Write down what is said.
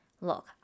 Look